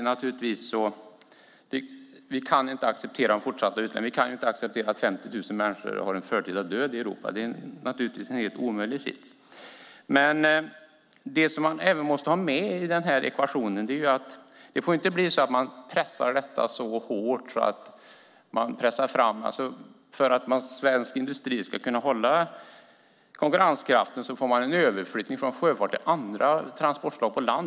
Vi kan inte acceptera att 50 000 drabbas av en för tidig död i Europa. Det är naturligtvis helt uteslutet. Men man måste också ta med i ekvationen att detta inte får pressas fram alltför hårt. Risken finns annars att svensk industri, för att kunna bevara konkurrenskraften, gör en överflyttning från sjöfart till olika transportslag på land.